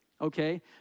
Okay